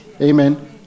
Amen